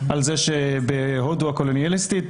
על זה שבהודו הקולוניאליסטית